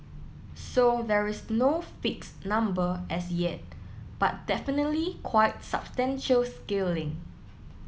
so there is no fixed number as yet but definitely quite substantial scaling